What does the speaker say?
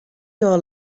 your